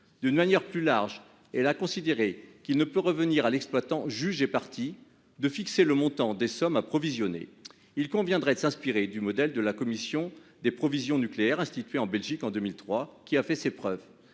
largement « illiquide ». Elle a considéré qu'il ne peut revenir à l'exploitant, juge et partie, de fixer le montant des sommes à provisionner. Il conviendrait de s'inspirer du modèle de la commission des provisions nucléaires instituée en Belgique en 2003, qui a fait ses preuves.